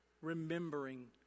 remembering